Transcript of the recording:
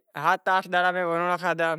جاں نتھی کرے